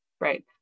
right